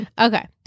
Okay